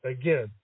again